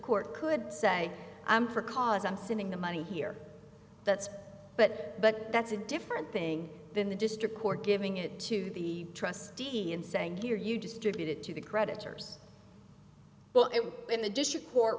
court could say i'm for cause i'm sitting the money here that's but but that's a different thing than the district court giving it to the trustee and saying here you distribute it to the creditors well it was in the district court